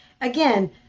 again